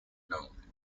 known